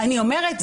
אני אומרת,